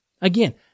Again